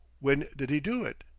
when did he do it?